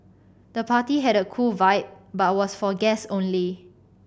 the party had a cool vibe but was for guests only